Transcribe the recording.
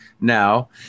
now